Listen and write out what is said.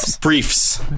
briefs